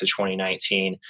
2019